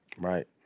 Right